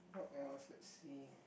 what else let's see